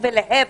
בבקשה.